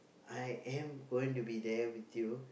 I am going to be there with you